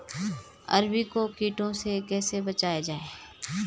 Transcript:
अरबी को कीटों से कैसे बचाया जाए?